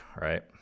right